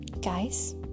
guys